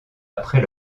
après